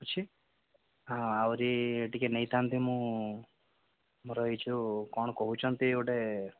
ଅଛି ହଁ ଆହୁରି ଟିକିଏ ନେଇଥାନ୍ତି ମୁଁ ମୋର ଏଇ ଯେଉଁ କ'ଣ କହୁଛନ୍ତି ଗୋଟେ